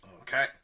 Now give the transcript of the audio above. Okay